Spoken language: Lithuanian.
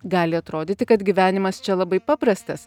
gali atrodyti kad gyvenimas čia labai paprastas